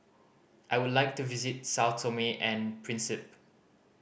I would like to visit Sao Tome and Principe